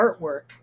artwork